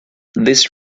this